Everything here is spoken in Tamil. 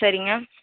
சரிங்க